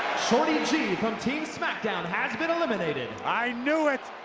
shorty g from team smackdown has been eliminated. i knew it.